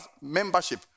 membership